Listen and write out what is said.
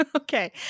Okay